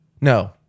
No